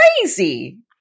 crazy